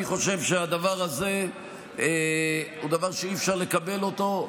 אני חושב שהדבר הזה הוא דבר שאי-אפשר לקבל אותו.